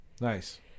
Nice